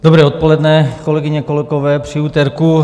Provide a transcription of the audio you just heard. Dobré odpoledne, kolegyně, kolegové, při úterku.